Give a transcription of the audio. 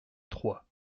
trois